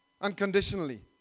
unconditionally